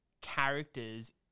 characters